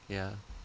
ya